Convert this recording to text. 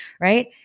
Right